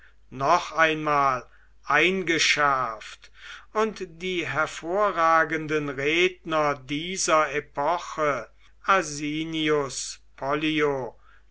noch einmal eingeschärft und die hervorragenden redner dieser epoche asinius